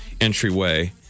entryway